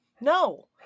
No